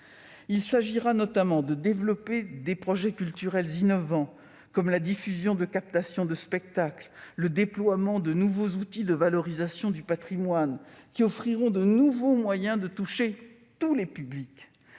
Il s'agira notamment de développer des projets culturels innovants, comme la diffusion de captations de spectacle et le déploiement de nouveaux outils de valorisation du patrimoine, qui offriront de nouveaux moyens de toucher tous les publics.